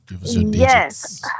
Yes